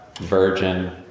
virgin